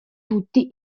tutti